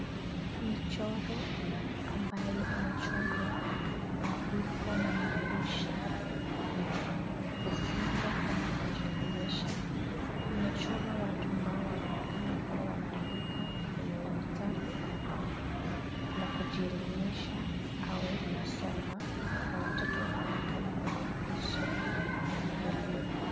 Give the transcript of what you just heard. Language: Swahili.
Michoro ambayo imechorwa na iko na maandishi ya kufunza ama kujielimisha. Imechorwa watu ambao wanaonekana kuwa wanaandika kwenye vitabu na kujielimisha au kusoma na watoto wanaonekana kwenye picha ya elimu.